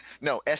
No